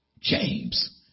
James